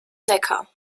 neckar